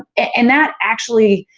and that actually,